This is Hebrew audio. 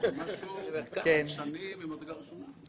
משהו חדשני ממדרגה ראשונה.